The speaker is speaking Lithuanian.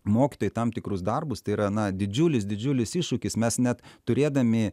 mokytojai tam tikrus darbus tai yra na didžiulis didžiulis iššūkis mes net turėdami